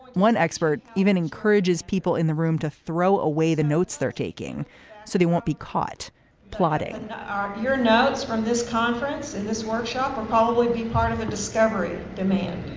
one expert even encourages people in the room to throw away the notes they're taking so they won't be caught plotting your notes from this conference in this workshop, probably be part of a discovery demand.